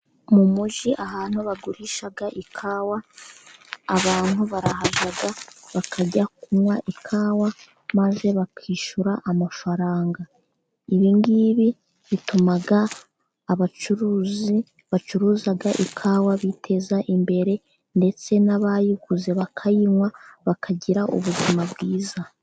Mu mujyi ahantu bagurisha ikawa, abantu barahajya bakajya kunywa ikawa, maze bakishyura amafaranga. Ibi ngibi bituma abacuruzi bacuruza ikawa biteza imbere, ndetse n'abayiguze bakayinywa bakagira ubuzima bwiza.